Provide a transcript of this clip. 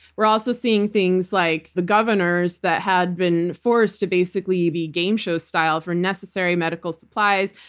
we're also seeing things like the governors that had been forced to basically be game show style for necessary medical supplies,